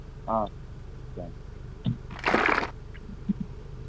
आम् पश्यामि